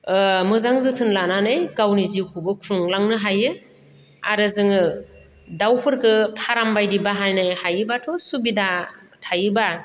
ओ मोजां जोथोन लानानै गावनि जिउखौबो खुंलांनो हायो आरो जोङो दाउफोरखो फार्मबायदि बाहायनो हायोब्लाथ' सुबिदा थायोब्ला